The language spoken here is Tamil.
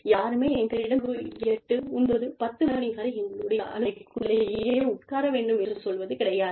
யாருமே எங்களிடம் இரவு 8 9 10 மணி வரை எங்களுடைய அலுவலக அறைக்குள்ளேயே உட்கார வேண்டும் என்று சொல்வது கிடையாது